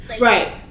Right